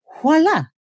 voila